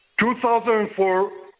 2004